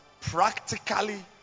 practically